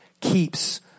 keeps